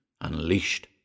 unleashed